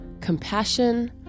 compassion